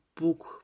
book